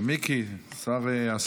ומיקי שר הספורט.